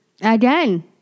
Again